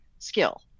skill